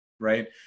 Right